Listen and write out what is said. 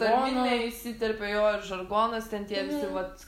tarminė įsiterpia jo ir žargonas ten tie visi vat